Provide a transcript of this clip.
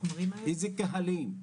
איזה קהלים?